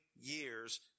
years